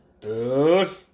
Dude